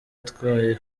atwaye